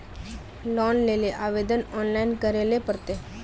Loan लेले आवेदन online करे ले पड़ते?